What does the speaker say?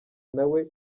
nawe